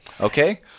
Okay